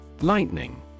Lightning